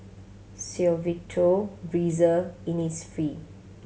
Suavecito Breezer Innisfree